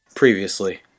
Previously